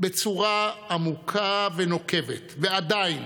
בצורה עמוקה ונוקבת, ועדיין